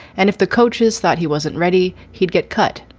and if the coaches thought he wasn't ready, he'd get cut.